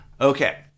Okay